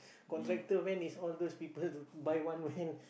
contractor when is all those people buy one when